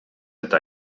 eta